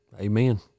Amen